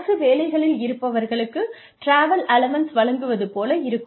அரசு வேலைகளில் இருப்பவர்களுக்கு ட்ராவல் அலவன்ஸ் வழங்குவது போல இருக்கும்